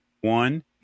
one